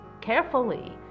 carefully